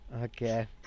okay